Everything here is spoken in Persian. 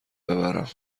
ببرم